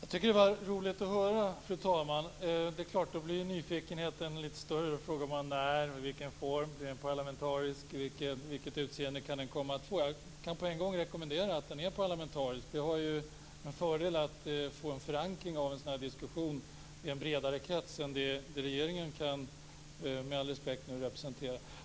Fru talman! Det var roligt att höra, och då är det klart att nyfikenheten blir större. Jag undrar när, i vilken form, blir den parlamentariskt sammansatt, vilket utseende kan den komma att få osv. Jag kan med en gång rekommendera en parlamentarisk sammansättning. Det har den fördelen att det blir en större förankring i en bredare krets än den som regeringen - med all respekt - representerar.